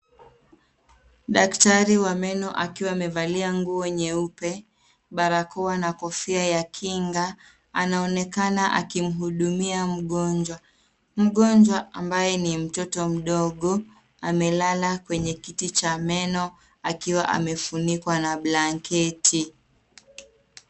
Daktari wa meno akiwa amevalia nguo nyeupe, barakoa na kofia ya Kinga, anaonekana akimhudumia mgonjwa. Mgonjwa ambaye ni mtoto mdogo, amelala kwenye kiti cha meno akiwa amefunikwa na blanketi.